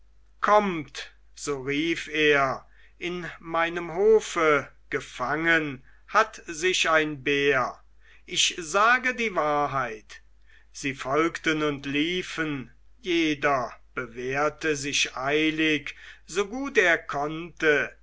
kommt so rief er in meinem hofe gefangen hat sich ein bär ich sage die wahrheit sie folgten und liefen jeder bewehrte sich eilig so gut er konnte